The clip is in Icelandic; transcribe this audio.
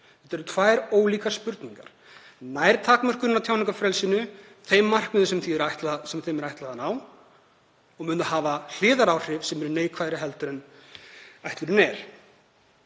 Þetta eru tvær ólíkar spurningar. Nær takmörkunin á tjáningarfrelsinu þeim markmiðum sem henni er ætlað að ná? Og mun hún hafa hliðaráhrif sem eru neikvæðari en ætlunin er?